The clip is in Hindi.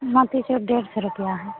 मोतीचूर डेढ़ सौ रुपैया है